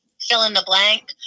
fill-in-the-blank